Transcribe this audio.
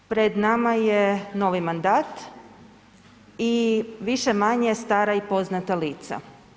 Pred nama je novi mandat i više-manje stara i poznata lica.